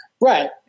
Right